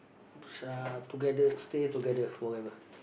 uh together stay together forever